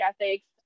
ethics